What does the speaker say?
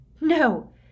No